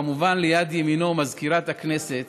וכמובן ליד ימינו, מזכירת הכנסת,